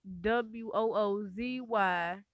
W-O-O-Z-Y